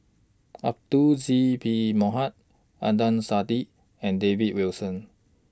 Abdul Aziz Pakkeer Mohamed Adnan Saidi and David Wilson